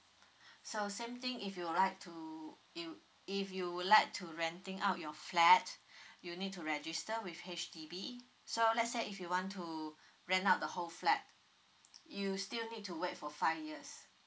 so same thing if you like to you if you would like to renting out your flat you need to register with H_D_B so let's say if you want to rent out the whole flat you still need to wait for five years